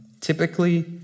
typically